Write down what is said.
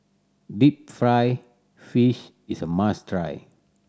deep fried fish is a must try